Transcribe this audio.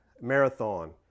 marathon